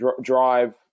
drive